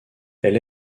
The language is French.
elle